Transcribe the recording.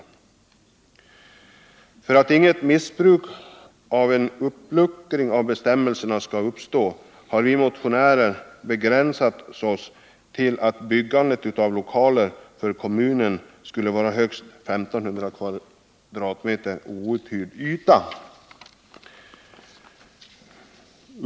För att inget missbruk skall uppstå genom en uppluckring av bestämmelserna har vi motionärer begränsat oss till att föreslå att kommun skall få bygga lokaler om högst 1500 m? outhyrd yta.